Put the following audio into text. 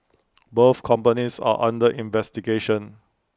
both companies are under investigation